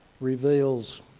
reveals